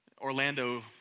Orlando